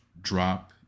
drop